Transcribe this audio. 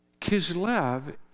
Kislev